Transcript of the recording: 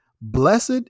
Blessed